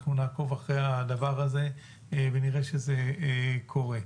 אנחנו נעקוב אחר הדבר הזה ונראה שזה קורה.